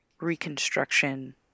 reconstruction